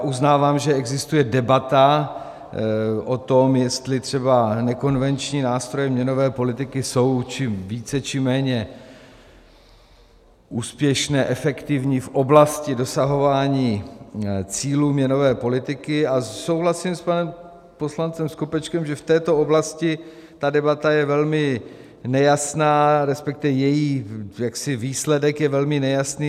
Uznávám, že existuje debata o tom, jestli třeba nekonvenční nástroje měnové politiky jsou více či méně úspěšné, efektivní v oblasti dosahování cílů měnové politiky, a souhlasím s panem poslancem Skopečkem, že v této oblasti ta debata je velmi nejasná, resp. její výsledek je velmi nejasný.